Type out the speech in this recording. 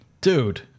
Dude